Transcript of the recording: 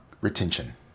retention